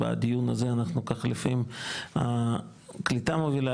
בדיון הזה אנחנו כך לפעמים הקליטה מובילה,